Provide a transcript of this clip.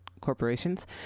Corporations